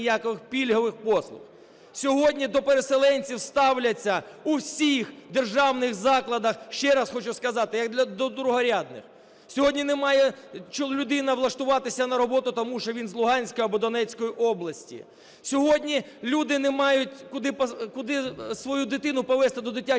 Сьогодні до переселенців ставляться у всіх державних закладах, ще раз хочу сказати, як до другорядних. Сьогодні не може людина влаштуватися на роботу, тому що він з Луганська або Донецької області. Сьогодні люди не мають куди свою дитину повести до дитячого садочка